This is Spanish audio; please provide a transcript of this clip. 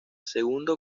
segundo